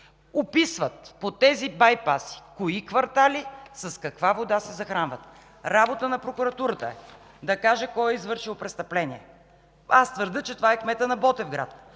описва кои квартали с каква вода се захранват. Работа на прокуратурата е да каже кой е извършил престъплението. Аз твърдя, че това е кметът на Ботевград